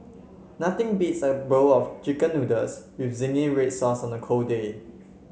nothing beats a bowl of chicken noodles with zingy red sauce on a cold day